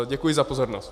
Děkuji za pozornost.